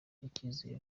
icyizere